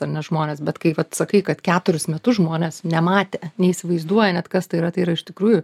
ar nežmonės bet kai vat sakai kad keturis metus žmonės nematė neįsivaizduoja net kas tai yra tai yra iš tikrųjų